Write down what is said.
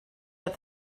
that